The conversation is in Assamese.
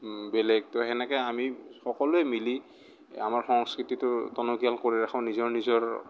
বেলেগ ত' সেনেকে আমি সকলোৱে মিলি আমাৰ সংস্কৃতিটো টনকীয়াল কৰি ৰাখোঁ নিজৰ নিজৰ